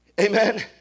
Amen